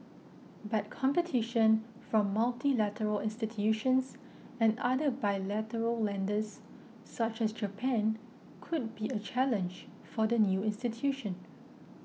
but competition from multilateral institutions and other bilateral lenders such as Japan could be a challenge for the new institution